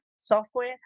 software